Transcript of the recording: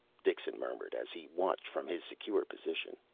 dixon murmured, as he watched from his secure position.